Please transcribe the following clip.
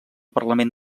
parlament